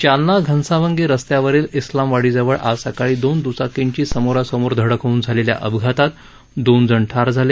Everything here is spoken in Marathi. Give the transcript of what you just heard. जालना घनसावंगी रस्त्यावरील इस्लामवाडीजवळ आज सकाळी दोन द्चाकींची समोरासमोर धडक होऊन झालेल्या अपघातात दोन जण ठार झाले